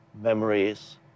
memories